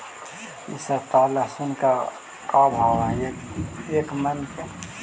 इ सप्ताह लहसुन के का भाव है एक मन के?